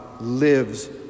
lives